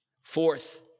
Fourth